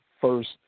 first